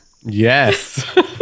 Yes